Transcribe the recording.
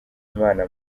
imana